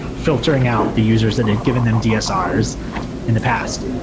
filtering out the users that had given them dsr's in the past.